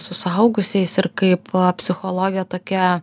su suaugusiais ir kaip psichologė tokia